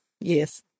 Yes